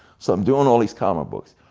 so i'm doing all these comic books,